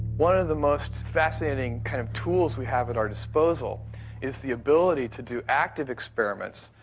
one of the most fascinating kind of tools we have at our disposal is the ability to do active experiments.